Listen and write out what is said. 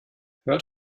hört